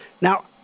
Now